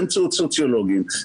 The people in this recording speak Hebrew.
באמצעות סוציולוגים,